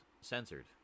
censored